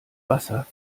wasser